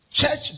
Church